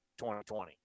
2020